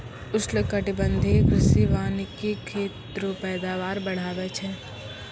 उष्णकटिबंधीय कृषि वानिकी खेत रो पैदावार बढ़ाबै छै